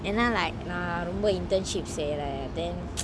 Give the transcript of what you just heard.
like நான் ரொம்ப சேர:naan romba seara internships eh then